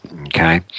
Okay